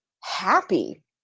happy